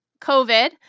COVID